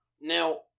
Now